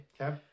Okay